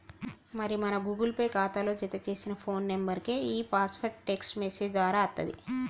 మరి మన Google Pay ఖాతాలో జతచేసిన ఫోన్ నెంబర్కే ఈ పాస్వర్డ్ టెక్స్ట్ మెసేజ్ దారా అత్తది